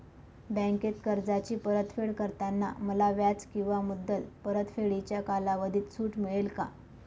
बँकेत कर्जाची परतफेड करताना मला व्याज किंवा मुद्दल परतफेडीच्या कालावधीत सूट मिळेल का?